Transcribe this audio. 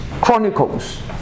Chronicles